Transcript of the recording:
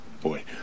Boy